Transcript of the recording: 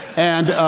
and